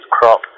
crop